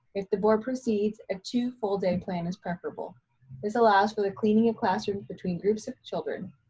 if the board proceeds, a two full day plan is preferable this allows for the cleaning of classrooms between groups of children.